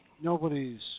nobody's